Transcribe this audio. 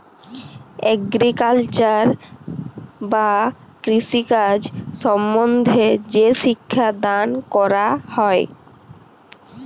agriculture বা কৃষিকাজ সম্বন্ধে যে শিক্ষা দাল ক্যরা হ্যয়